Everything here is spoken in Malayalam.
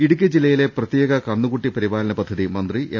ഇടുക്കി ജില്ലയിലെ പ്രത്യേക കന്നുകുട്ടി പരിപാലന പദ്ധതി മന്ത്രി എം